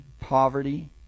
poverty